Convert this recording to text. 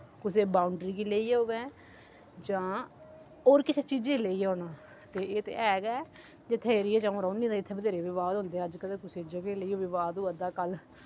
कुसै बाउंडरी गी लेइयै होऐ जां होर कुसै चीजै ई लेइयै होना एह् ते है गै ऐ जित्थै एरियै च अ'ऊं रौह्न्नी ते इत्थै बत्हेरे विवाद होंदे अजकल कुसै जगह् गी लेइयै विवाद होआ दा कल्ल